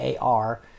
AR